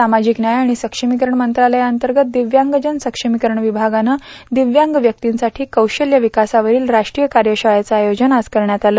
सामाजिक न्याय आणि सक्षमीकरण मंत्रालयाअंतर्गत दिव्यांगजन सक्षमीकरण विभागानं दिव्यांग व्यक्तींसाठी कौशल्य विकासावरील राष्ट्रीय क्वर्यशाळेचं आयोजन आज करण्यात आलं